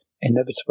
...inevitable